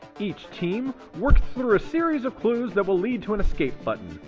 each team works through a series of clues that will lead to an escape button.